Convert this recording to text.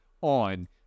on